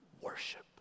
worship